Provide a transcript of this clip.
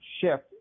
shift